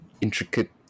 intricate